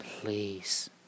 please